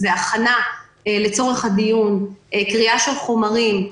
זה הכנה לצורך הדיון, קריאה של חומרים.